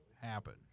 happen